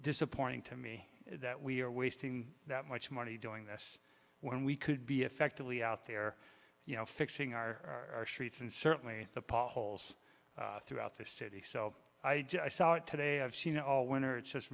disappointing to me that we are wasting that much money doing this when we could be effectively out there you know fixing our streets and certainly the potholes throughout the city so i saw it today i've seen it all winter it's just